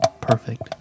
perfect